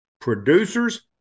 producers